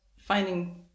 finding